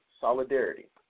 solidarity